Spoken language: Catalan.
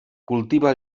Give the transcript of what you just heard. cultiva